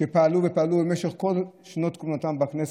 שפעלו ופעלו במשך כל שנות כהונתם בכנסת,